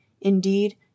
Indeed